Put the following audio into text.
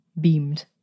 beamed